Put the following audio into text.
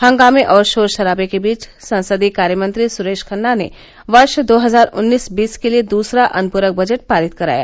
हंगामे और शोरशराबे के बीच संसदीय कार्यमंत्री सुरेश खन्ना ने वर्ष दो हजार उन्नीस बीस के लिए दूसरा अनुप्रक बजट पारित कराया